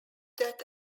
that